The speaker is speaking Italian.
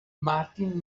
martin